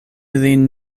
lin